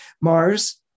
Mars